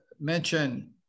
mention